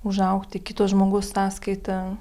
užaugti kito žmogaus sąskaita